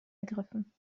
ergriffen